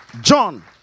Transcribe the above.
John